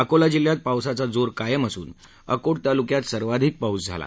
अकोला जिल्ह्यात पावसाचा जोर कायम असून अकोट ताल्क्यात सर्वाधिक पाऊस झाला